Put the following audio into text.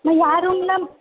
मग ह्या रूमला